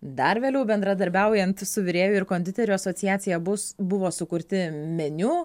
dar vėliau bendradarbiaujant su virėjų ir konditerių asociacija bus buvo sukurti meniu